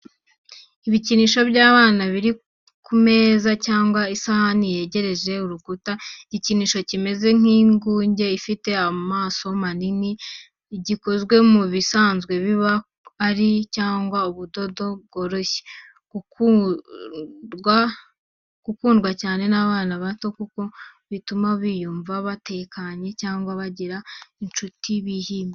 Ibikinisho by'abana biri ku meza cyangwa ku isahani yegereye urukuta. Igikinisho kimeze nk’inguge ifite amaso manini, gikoze mu bisanzwe biba ari cyangwa ubudodo bworoshye. Gikundwa cyane n’abana bato kuko gituma biyumva batekanye, cyangwa bagira inshuti bihimbira.